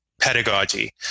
pedagogy